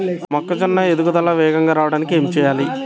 మొక్కజోన్న ఎదుగుదల వేగంగా రావడానికి ఏమి చెయ్యాలి?